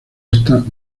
esta